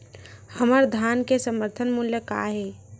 हमर धान के समर्थन मूल्य का हे?